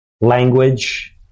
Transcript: language